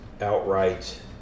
outright